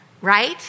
Right